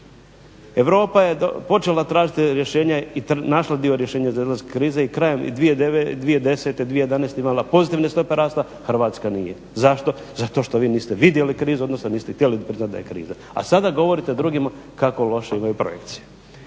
Europa je počela tražiti rješenje i našla dio rješenja za izlazak iz krize i krajem 2010., 2011. imala pozitivne stope rasta. Hrvatska nije. Zašto? Zato što vi niste vidjeli krizu odnosno niste htjeli priznati da je kriza, a sada govorite drugima kako loše imaju projekcije.